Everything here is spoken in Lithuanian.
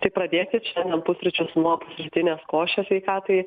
tai pradėkit šiandien pusryčius pusrytinės košės sveikatai